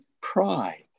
pride